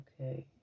Okay